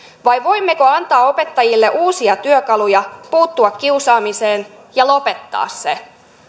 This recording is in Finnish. vai voimmeko antaa opettajille uusia työkaluja puuttua kiusaamiseen ja lopettaa se